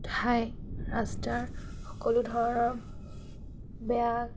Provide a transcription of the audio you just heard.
উঠাই ৰাস্তাৰ সকলো ধৰণৰ বেয়া